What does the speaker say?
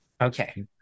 Okay